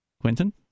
Quentin